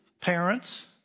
parents